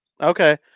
Okay